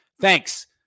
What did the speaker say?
Thanks